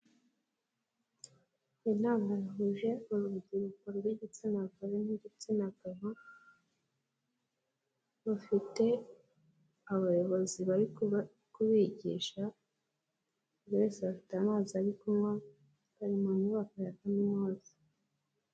Inama yahuje urubyiruko rw'igitsinagore n'igitsinagabo, bafite abayobozi bari kubigisha ,buriwese afite amazi ari kunywa, bari mu nyubako ya kaminuza.